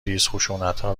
ریزخشونتها